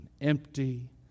empty